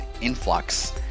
influx